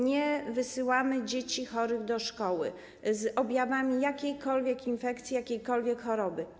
Nie wysyłamy dzieci chorych do szkoły, z objawami jakiejkolwiek infekcji, jakiejkolwiek choroby.